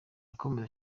yakomeje